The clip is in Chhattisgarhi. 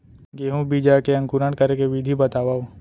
गेहूँ बीजा के अंकुरण करे के विधि बतावव?